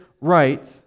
right